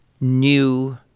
new